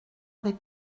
avec